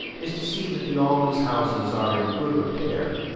is to see that the almshouses are in good repair